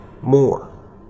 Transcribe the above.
more